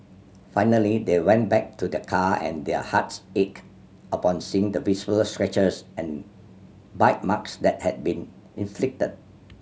finally they went back to their car and their hearts ached upon seeing the visible scratches and bite marks that had been inflicted